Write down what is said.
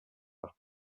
par